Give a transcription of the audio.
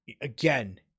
again